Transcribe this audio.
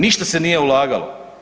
Ništa se nije ulagalo.